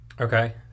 Okay